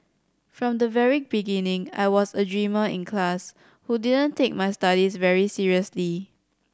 from the very beginning I was a dreamer in class who didn't take my studies very seriously